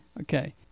okay